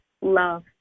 love